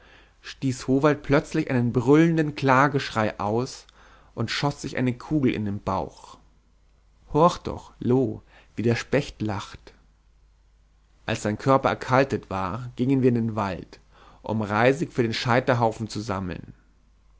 stieß howald plötzlich einen brüllenden klageschrei aus und schoß sich eine kugel in den bauch horch doch loo wie der specht lacht als sein körper erkaltet war gingen wir in den wald um reisig für den scheiterhaufen zu sammeln